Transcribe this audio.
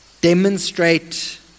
demonstrate